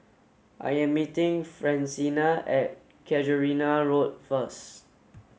I am meeting Francina at Casuarina Road first